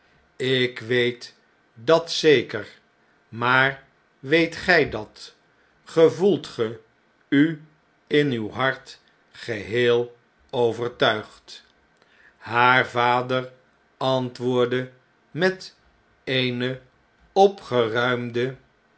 stellenpik weet dat zeker maar weet gjj dat gevoelt ge u in uw hart geheel overtuigd haar vader antwoordde met eene opgeruimde